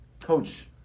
Coach